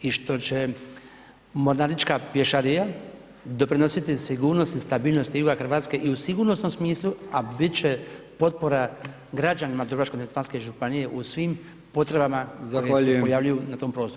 I što će mornarička pješadija doprinositi sigurnosti i stabilnosti juga hrvatske i u sigurnosnom smislu a biti će potpora građanima Dubrovačko-neretvanske županije u svim potrebama koje se pojavljuju na tom prostoru.